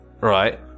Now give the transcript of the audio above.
Right